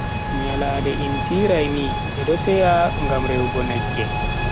Nyalande inti raymi, bedo seya ngam rewugo naage.